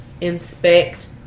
inspect